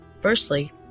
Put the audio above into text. Firstly